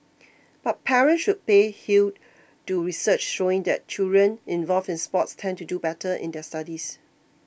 but parents should pay heed to research showing that children involved in sports tend to do better in their studies